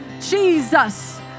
Jesus